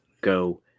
go